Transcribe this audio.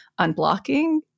unblocking